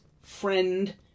friend